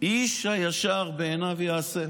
איש הישר בעיניו יעשה.